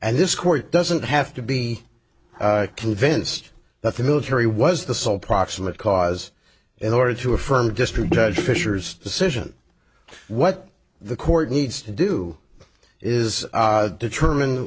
and this court doesn't have to be convinced that the military was the sole proximate cause in order to affirm district judge fisher's decision what the court needs to do is determine